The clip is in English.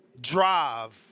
drive